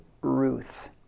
Ruth